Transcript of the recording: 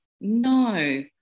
no